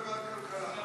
לוועדת הכלכלה.